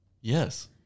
Yes